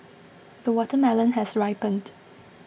the watermelon has ripened